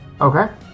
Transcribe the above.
Okay